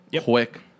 quick